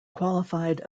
qualified